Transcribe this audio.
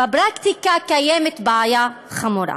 בפרקטיקה קיימת בעיה חמורה.